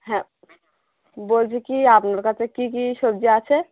হ্যাঁ বলছি কী আপনার কাছে কী কী সবজি আছে